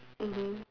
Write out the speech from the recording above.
mmhmm